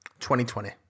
2020